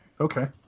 okay